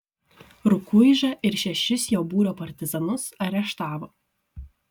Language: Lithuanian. rukuižą ir šešis jo būrio partizanus areštavo